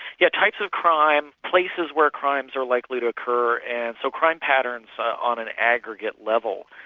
yes, types of crime, places where crimes are likely to occur and so crime patterns on an aggregate level.